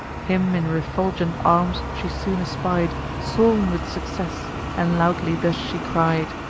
him in refulgent arms she soon espied, swoln with success and loudly thus she cried